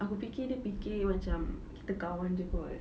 aku fikir dia fikir macam kita kawan jer kot